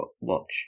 watch